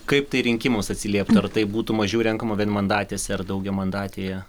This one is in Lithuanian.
kaip tai rinkimuos atsilieptų ar taip būtų mažiau renkamų vienmandatėse ar daugiamandatėje